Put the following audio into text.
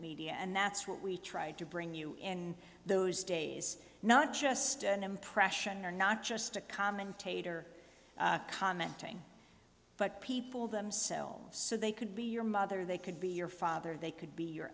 media and that's what we tried to bring you in those days not just an impression or not just a commentator commenting but people themselves so they could be your mother they could be your father they could be your